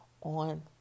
on